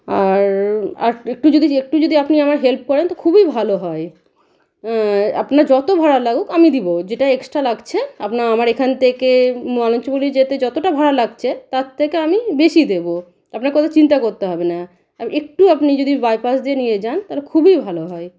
আর আর একটু যদি একটু যদি আপনি আমার হেল্প করেন তো খুবই ভালো হয় আপনার যত ভাড়া লাগুক আমি দেব যেটা এক্সট্রা লাগছে আপনার আমার এখান থেকে মনোজপুরী যেতে যতটা ভাড়া লাগছে তার থেকে আমি বেশি দেব আপনাকে অত চিন্তা করতে হবে না একটু আপনি যদি বাইপাস দিয়ে নিয়ে যান তাহলে খুবই ভালো হয়